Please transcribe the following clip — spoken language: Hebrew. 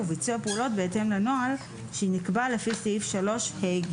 וביצוע פעולות בהתאם לנוהל שנקבע לפי סעיף 3ה(ג);